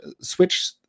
switch